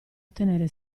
ottenere